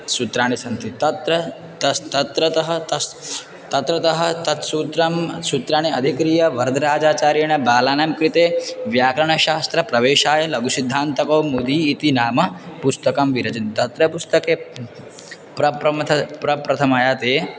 सूत्राणि सन्ति तत्र तस् तत्रतः तस् तत्रतः तत्सूत्रं सूत्राणि अधिक्रिया वरदराजाचार्येण बालानां कृते व्याकरणशास्त्रप्रवेशाय लघुसिद्धान्तकौमुदी इति नाम्नः पुस्तकं विरचन् तत्र पुस्तके पप्रमथं पप्रथमया ते